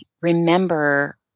remember